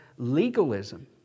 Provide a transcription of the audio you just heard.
legalism